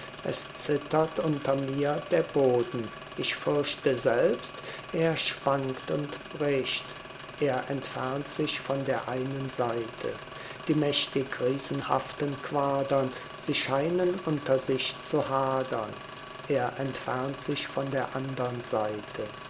zittert unter mir der boden ich fürchte selbst er schwankt und bricht er entfernt sich von der einen seite die mächtig riesenhaften quadern sie scheinen unter sich zu hadern er entfernt sich von der andern seite